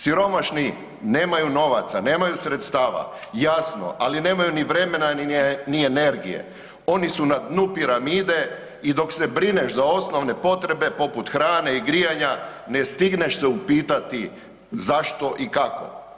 Siromašni nemaju novaca, nemaju sredstava, jasno, ali nemaju ni vremena ni energije, oni su na dnu piramide i dok se brineš za osnovne potrebe poput hrane i grijanja, ne stigneš se upitati zašto i kako?